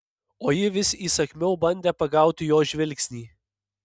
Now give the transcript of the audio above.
o ji vis įsakmiau bandė pagauti jo žvilgsnį